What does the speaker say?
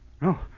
No